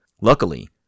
Luckily